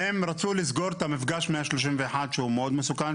הם רצו לסגור את מפגש 131 שהוא מאוד מסוכן,